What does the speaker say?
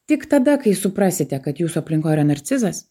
tik tada kai suprasite kad jūsų aplinkoj yra narcizas